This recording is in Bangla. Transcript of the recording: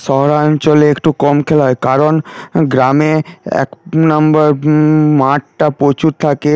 শহরাঞ্চলে একটু কম খেলা হয় কারণ গ্রামে এক নম্বর মাঠটা প্রচুর থাকে